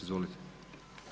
Izvolite.